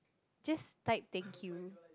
just type thank you